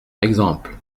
exemple